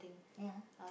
ya